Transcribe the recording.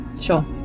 sure